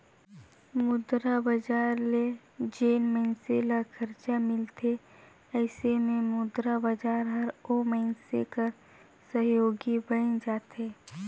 मुद्रा बजार ले जेन मइनसे ल खरजा मिलथे अइसे में मुद्रा बजार हर ओ मइनसे कर सहयोगी बइन जाथे